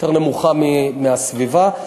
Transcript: יותר נמוכה מאשר בסביבה,